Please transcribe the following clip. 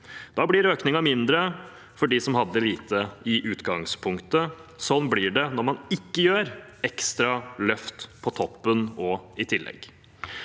Da blir økningen mindre for dem som hadde lite i utgangspunktet. Slik blir det når man ikke gjør ekstra løft på toppen og i tillegg.